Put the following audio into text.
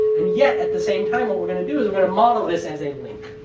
and yet, at the same time, what we're going to do is i'm going to model this as a link.